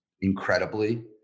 incredibly